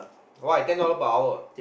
why ten dollar per hour